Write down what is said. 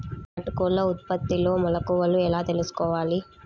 నాటుకోళ్ల ఉత్పత్తిలో మెలుకువలు ఎలా తెలుసుకోవాలి?